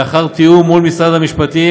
לאחר תיאום עם משרד המשפטים,